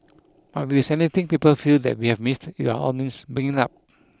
but if there's anything people feel that we have missed all means bring it up